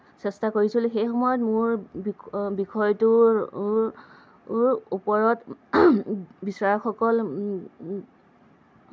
চেষ্টা কৰিছিলোঁ সেই সময়ত মোৰ বিষয়টোৰ ওপৰত বিচাৰকসকল